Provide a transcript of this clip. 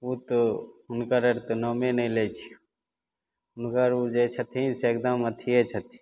उ तऽ हुनकर और तऽ नामे नहि लै छियौ हुनकर उ जे छथिन से एकदम अथिये छथिन